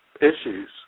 issues